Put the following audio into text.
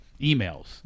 emails